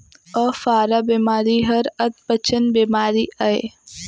अफारा बेमारी हर अधपचन बेमारी अय